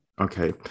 okay